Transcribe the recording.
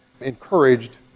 encouraged